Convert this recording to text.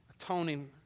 atoning